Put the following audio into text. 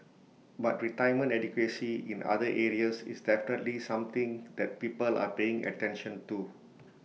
but retirement adequacy in other areas is definitely something that people are paying attention to